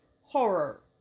horror